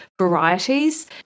varieties